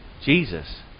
Jesus